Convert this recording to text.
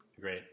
great